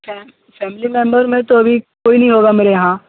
fam family member में तो अभी कोई नहीं होगा मेरे यहाँ